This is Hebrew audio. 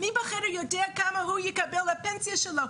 מי בחדר יודע כמה הוא יקבל לפנסיה שלו?